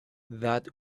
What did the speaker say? that